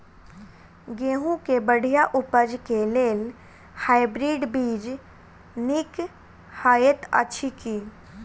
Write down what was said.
गेंहूँ केँ बढ़िया उपज केँ लेल हाइब्रिड बीज नीक हएत अछि की?